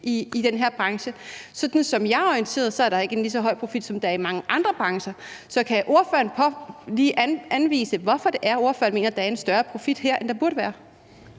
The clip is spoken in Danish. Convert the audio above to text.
i den her branche. Sådan som jeg er orienteret, er der ikke en lige så høj profit, som der er i mange andre brancher. Så kan ordføreren lige anvise, hvorfor det er, ordføreren mener, at der er en større profit her, end der burde være?